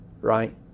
Right